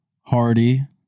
Hardy